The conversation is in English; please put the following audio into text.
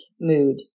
mood